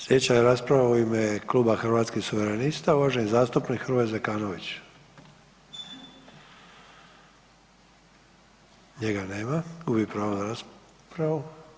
Slijedeća je rasprava u ime Kluba Hrvatskih suverenista, uvaženi zastupnik Hrvoje Zekanović, njega nema, gubi pravo na raspravu.